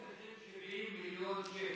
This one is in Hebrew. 70 מיליון שקל.